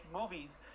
movies